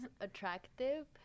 attractive